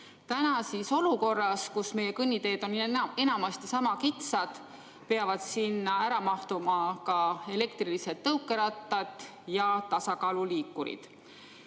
Praeguses olukorras, kus meie kõnniteed on enamasti sama kitsad, peavad sinna ära mahtuma ka elektrilised tõukerattad ja tasakaaluliikurid.